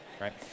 right